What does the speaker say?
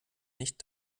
nicht